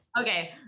Okay